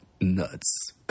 nuts